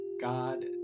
God